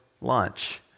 lunch